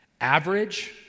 Average